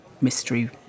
mystery